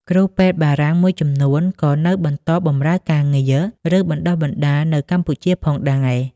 គ្រូពេទ្យបារាំងមួយចំនួនក៏នៅបន្តបម្រើការងារ ឬបណ្តុះបណ្តាលនៅកម្ពុជាផងដែរ។